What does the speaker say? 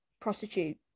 prostitute